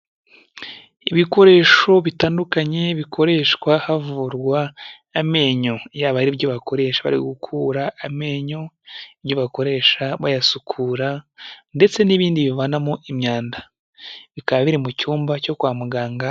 Ibikoresho bitandukanye bikoreshwa havurwa amenyo. Yaba ari ibyo bakoresha bari gukura amenyo, ibyo bakoresha bayasukura, ndetse n'ibindi bivanamo imyanda. Bikaba biri mu cyumba cyo kwa muganga...